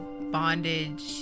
bondage